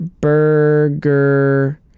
Burger